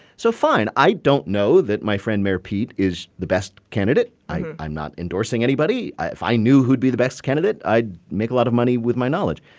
so fine. i don't know that my friend mayor pete is the best candidate. i am not endorsing anybody. if i knew who'd be the best candidate, i'd make a lot of money with my knowledge.